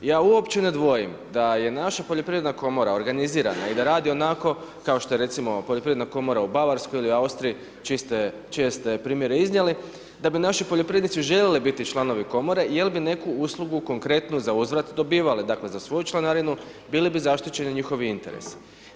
Ja uopće ne dvojim da je naša HPK-a organizirana i da radi onako kao što je recimo poljoprivredna komora u Bavarskoj ili Austriji čije ste primjere iznijeli da bi naši poljoprivrednici željeli biti članovi komore jel bi neku uslugu konkretno za uzvrat dobivale, dakle za svoju članarinu bili bi zaštićeni njihovi interesi.